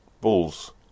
Balls